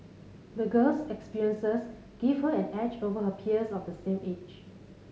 the girl's experiences give her an edge over her peers of the same age